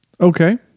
Okay